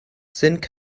sind